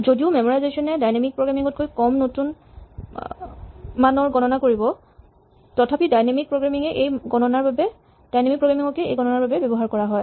যদিও মেমৰাইজেচন এ dynamic programming তকৈ কম নতুন মানৰ গণনা কৰিব তথাপি ডাইনেমিক প্ৰগ্ৰেমিং কেই এই গণনাৰ বাবে ব্যৱহাৰ কৰা হয়